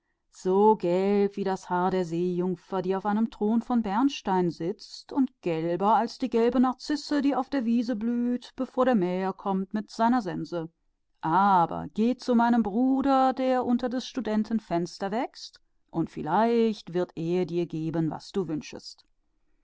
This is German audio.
so gelb wie das haar der meerjungfrau die auf einem bernsteinthrone sitzt und gelber als die gelbe narzisse die auf der wiese blüht bevor der mäher mit seiner sense kommt aber geh zu meinem bruder der unter des studenten fenster blüht und vielleicht gibt der dir was du